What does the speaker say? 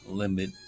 limit